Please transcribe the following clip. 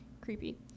Creepy